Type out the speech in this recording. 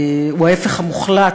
הוא ההפך המוחלט,